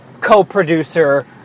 co-producer